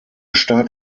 start